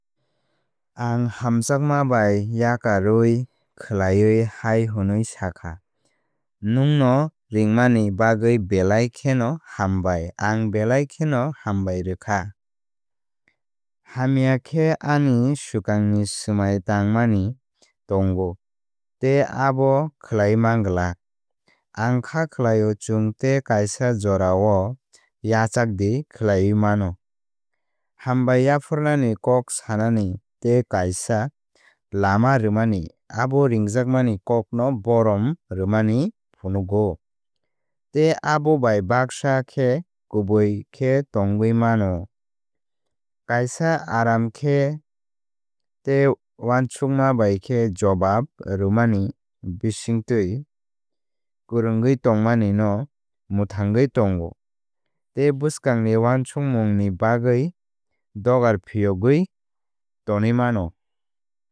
Ang hamjakma bai yakaroui khlaiwi hai hwnwi sakha Nwngno ringmanini bagwi belai kheno hambai ang belai kheno hambai rwkha. Hamya khe ani swkangni swmai tangmani tongo tei abo khlaiwi manglak. Ang kha khlaio chwng tei kaisa jorao yachakdi khlaiwi mano. Hambai yapharnani kok sanani tei tei kaisa lama rwmani abo ringjakmani kokno borom rwmani phunukgo tei abo bai baksa khe kubui khe tongwi mano. Kaisa aram khai tei uansukma bai khe jobab rwmani bisingtwi kwrwngwi tongmani no mwthangwi tongo tei bwskangni wansukmung ni bagwi dugar phiyogwi tonwi mano.